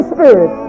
Spirit